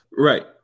Right